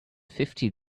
fifty